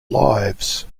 lives